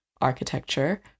architecture